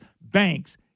banks